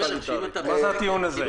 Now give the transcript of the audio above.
מה הטיעון הזה?